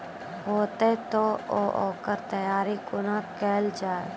हेतै तअ ओकर तैयारी कुना केल जाय?